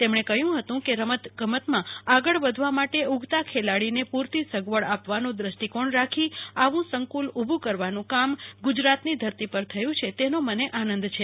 તેમણે કહ્યું હતું કે રમત ગમતમાં આગળ વધવા માટે ઊગતા ખેલાડીને પૂરતીસગવડ આપવાનો દ્રષ્ટિકોણ રાખી આવું સંક્રલ ઊભું કરવાનું કામ ગુજરાતની ધરતી પર થયુંછે તેનો મને આનંદ છે